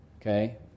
Okay